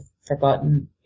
forgotten